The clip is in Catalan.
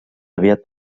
aviat